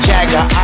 Jagger